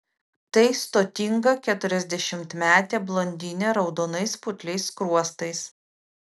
tai stotinga keturiasdešimtmetė blondinė raudonais putliais skruostais